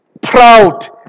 proud